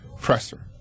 presser